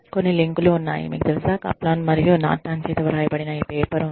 కొన్ని లింకులు ఉన్నాయి మీకు తెలుసా కప్లాన్ మరియు నార్టన్ చేత వ్రాయబడిన ఈ పేపర్ ఉంది